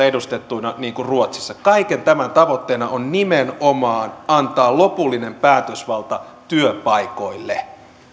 edustettuina niin kuin ruotsissa kaiken tämän tavoitteena on nimenomaan antaa lopullinen päätösvalta työpaikoille